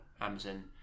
Amazon